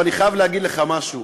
ואני חייב להגיד לך משהו.